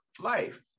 life